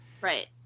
Right